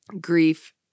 grief